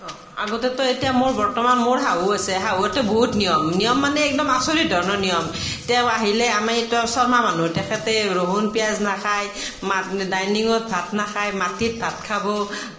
অ আগতেতো এতিয়া মোৰ বৰ্তমান মোৰ শাহু আছে শাহুৱেতো বহুত নিয়ম নিয়ম মানে একদম আচৰিত ধৰণৰ নিয়ম তেওঁ আহিলে আমি তেওঁ শৰ্মা মানুহ তেখেতে ৰহুন পিয়াঁজ নাখায় ডাইনিঙত ভাত নাখায় মাটিত ভাত খাব